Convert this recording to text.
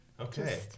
Okay